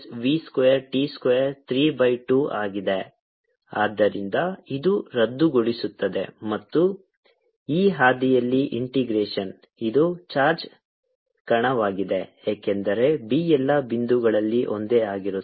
dl 00 qv20R2R2v2t2322πRB 0qvR22R2v2t232B 1202π qvR2R2v2t232 ಆದ್ದರಿಂದ ಇದು ರದ್ದುಗೊಳಿಸುತ್ತದೆ ಮತ್ತು ಈ ಹಾದಿಯಲ್ಲಿ ಇಂಟಿಗ್ರೇಶನ್ ಇದು ಚಾರ್ಜ್ ಕಣವಾಗಿದೆ ಏಕೆಂದರೆ B ಎಲ್ಲಾ ಬಿಂದುಗಳಲ್ಲಿ ಒಂದೇ ಆಗಿರುತ್ತದೆ